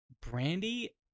Brandy